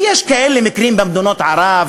ויש כאלה מקרים במדינות ערב,